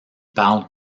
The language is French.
parle